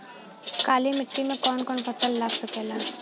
काली मिट्टी मे कौन कौन फसल लाग सकेला?